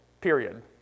period